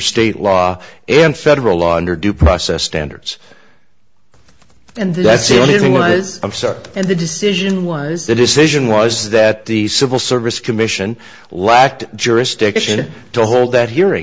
state law and federal law under due process standards and that's is what is and the decision was the decision was that the civil service commission lacked jurisdiction to hold that hearing